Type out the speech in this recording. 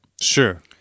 Sure